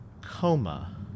coma